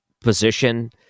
position